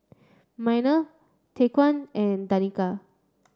Minor Tyquan and Danica